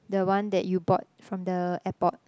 the one that you bought from the airport